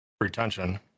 Retention